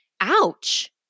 ouch